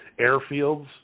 airfields